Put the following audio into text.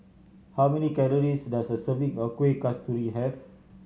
how many calories does a serving of Kueh Kasturi have